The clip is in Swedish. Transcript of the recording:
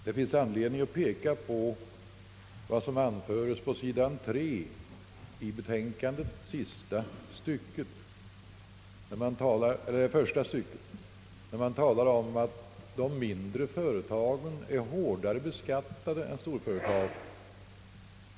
Det finns anledning att peka på vad som anföres på sidan 3 i betänkandet, första stycket, där det talas om att de mindre företagen är hårdare beskattade än storföretagen.